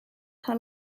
her